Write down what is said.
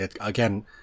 again